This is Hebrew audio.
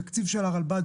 התקציב של הרלב"ד,